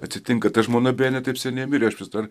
atsitinka ta žmona beje ne taip seniai mirė aš vis dar